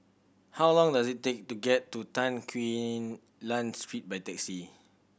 how long does it take to get to Tan Quee Lan Street by taxi